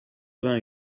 vingt